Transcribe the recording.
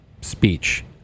speech